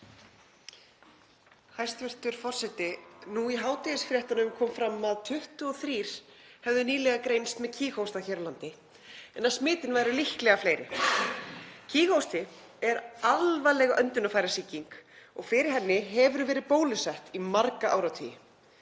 Hæstv. forseti. Nú í hádegisfréttunum kom fram að 23 hefðu nýlega greinst með kíghósta hér á landi en að smitin væru líklega fleiri. Kíghósti er alvarleg öndunarfærasýking og fyrir henni hefur verið bólusett í marga áratugi.